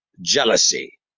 jealousy